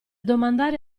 domandare